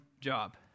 Job